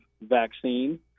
vaccine